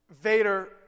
Vader